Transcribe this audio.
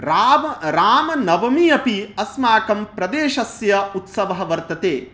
राब् रामनवमी अपि अस्माकं प्रदेशस्य उत्सवः वर्तते